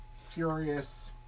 serious